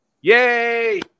Yay